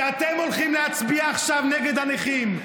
כשאתם הולכים להצביע עכשיו נגד הנכים,